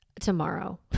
tomorrow